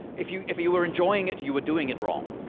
if you if you were enjoying it, you were doing it wrong.